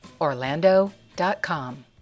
orlando.com